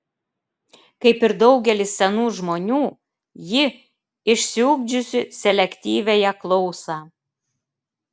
kaip ir daugelis senų žmonių ji išsiugdžiusi selektyviąją klausą